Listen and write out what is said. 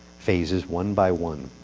phases one by one.